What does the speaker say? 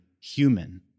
human